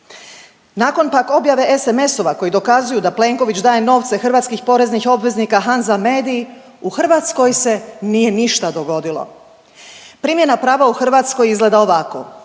Nakon pak objave SMS-ova koji dokazuju da Plenković daje novce hrvatskih poreznih obveznika Hanza Mediji u Hrvatskoj se nije ništa dogodilo. Primjena prava u Hrvatskoj izgleda ovako,